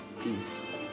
peace